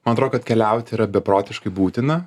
man atrodo kad keliauti yra beprotiškai būtina